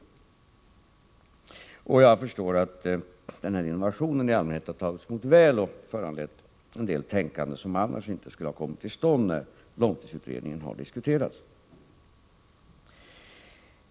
Efter vad jag förstår har den här innovationen i allmänhet tagits emot väl och föranlett en del tänkande när långtidsutredningen har diskuterats som annars inte skulle ha kommit till stånd.